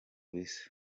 bisa